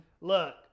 Look